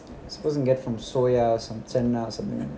suppose can get from soya or some சன்னா:channa or something